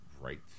right